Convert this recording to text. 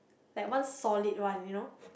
like one solid one you know